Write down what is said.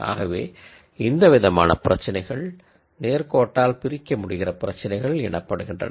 ஆகவே இந்த விதமான பிரச்சினைகள் லீனியர்லி செபரபில் அதாவது நேர் கோட்டால் பிரிக்க முடிகிற பிரச்சினைகள் எனப்படுகின்றன